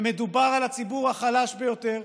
ומדובר על הציבור החלש ביותר,